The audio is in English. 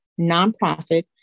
nonprofit